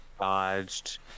dodged